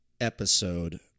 episode